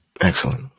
Excellent